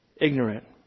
Ignorant